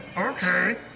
Okay